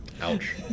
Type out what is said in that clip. Ouch